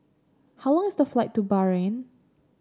how long is the flight to Bahrain